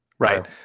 Right